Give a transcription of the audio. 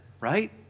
right